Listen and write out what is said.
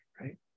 right